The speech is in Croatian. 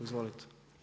Izvolite.